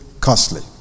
costly